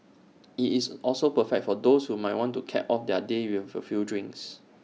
IT is also perfect for those who might want to cap off their day with A few drinks